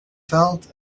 felt